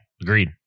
Agreed